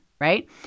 Right